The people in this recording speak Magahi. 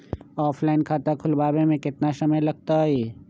ऑफलाइन खाता खुलबाबे में केतना समय लगतई?